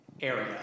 area